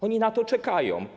Oni na to czekają.